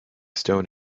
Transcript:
stone